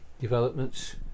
developments